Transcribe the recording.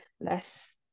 less